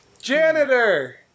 Janitor